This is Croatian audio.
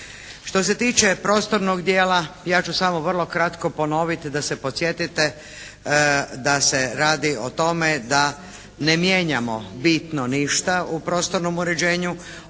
Što se tiče prostornog dijela, ja ću samo vrlo kratko ponovit da se podsjetite da se radi o tome da ne mijenjamo bitno ništa u prostornom uređenju,